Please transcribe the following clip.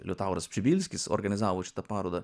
liutauras pšibilskis organizavo šitą parodą